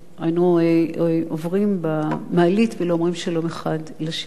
היינו עוברים במעלית ולא אומרים שלום האחד לשני,